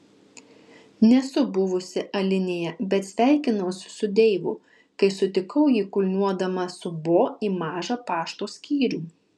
nesu buvusi alinėje bet sveikinausi su deivu kai sutikau jį kulniuodama su bo į mažą pašto skyrių